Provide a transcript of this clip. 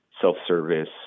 self-service